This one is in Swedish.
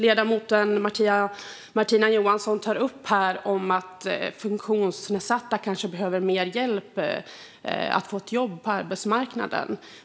Ledamoten Martina Johansson tar upp att funktionsnedsatta kanske behöver mer hjälp att få ett jobb på arbetsmarknaden.